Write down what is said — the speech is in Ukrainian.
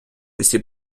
усі